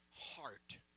heart